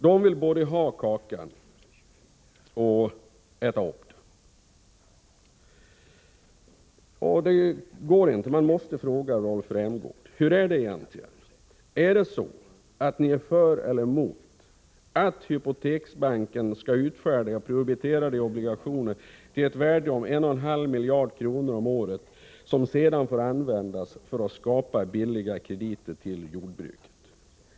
De vill både ha kakan och äta upp den. Det går inte. Man måste fråga Rolf Rämgård: Hur är det egentligen? Är ni för eller emot att hypoteksbanken får utfärda prioriterade obligationer till ett värde av 1,5 miljarder om året som sedan får användas för att skapa billiga krediter för jordbruket?